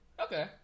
Okay